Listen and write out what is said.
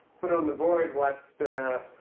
put on the board what